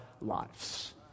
lives